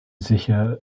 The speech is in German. sicher